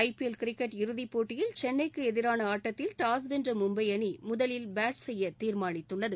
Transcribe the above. ஐ P L cricket இறுதி போட்டியில் சென்னைக்கு எதிரான ஆட்டத்தில் டாஸ் வென்ற மும்பை அணி முதலில் பேட் செய்ய தீர்மானித்துள்ளது